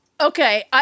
okay